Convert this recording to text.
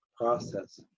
process